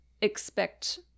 expect